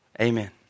Amen